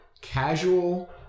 casual